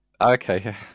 Okay